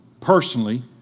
personally